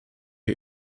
wir